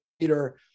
Peter